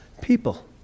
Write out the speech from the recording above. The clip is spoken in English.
people